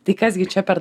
tai kas gi čia per